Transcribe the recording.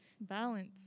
Balance